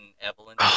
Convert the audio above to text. Evelyn